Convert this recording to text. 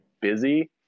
busy